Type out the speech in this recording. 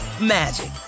magic